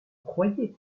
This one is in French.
croyez